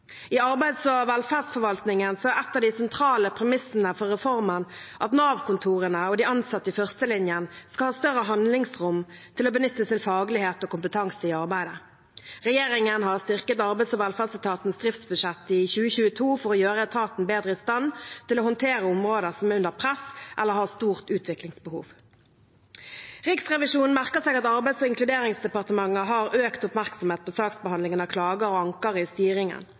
I arbeids- og velferdsforvaltningen er et av de sentrale premissene for reformen at Nav-kontorene og de ansatte i førstelinjen skal ha større handlingsrom til å benytte sin faglighet og kompetanse i arbeidet. Regjeringen har styrket arbeids- og velferdsetatens driftsbudsjett i 2022 for å gjøre etaten bedre i stand til å håndtere områder som er under press eller har stort utviklingsbehov. Riksrevisjonen merker seg at Arbeids- og inkluderingsdepartementet har økt oppmerksomhet på saksbehandlingen av klager og anker i styringen.